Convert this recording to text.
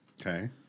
Okay